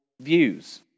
views